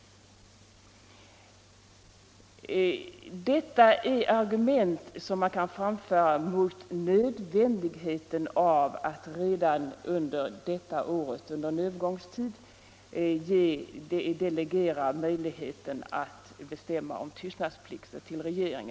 Detta är argument som man kan framföra mot nödvändigheten av att redan detta år för en övergångstid till regeringen delegera möjligheten att bestämma om tystnadsplikter.